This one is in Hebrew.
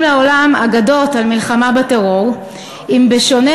לעולם אגדות על מלחמה בטרור אם בשונה